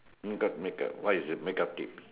makeup makeup what is it makeup tips